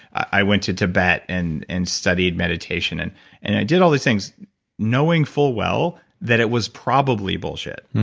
i went to tibet and and studies meditation. and and i did all these things knowing full well that it was probably bullshit